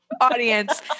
audience